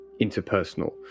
interpersonal